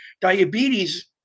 diabetes